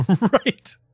right